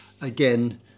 again